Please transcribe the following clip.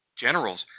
generals